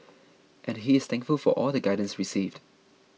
and he is thankful for all the guidance received